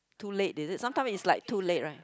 too late is it sometimes is like too late right